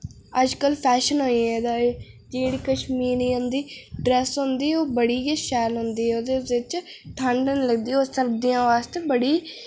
अजकल फैशन होई गेदा ऐ जेह्ड़ी कश्मीरी होंदी ड्रैस होंदी ओह् गै शैल होंदी ओह्दे बिच ठंड निं लगदी ओह् सर्दियां आस्तै बड़ी